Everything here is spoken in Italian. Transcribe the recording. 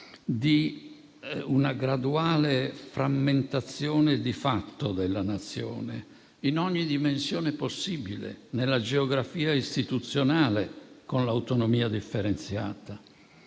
di una graduale frammentazione di fatto della Nazione in ogni dimensione possibile: la geografia istituzionale, con l'autonomia differenziata;